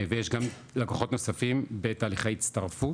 ויש גם לקוחות נוספים בתהליכי הצטרפות.